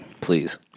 Please